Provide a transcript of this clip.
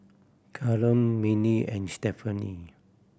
Callum Mindi and Stephanie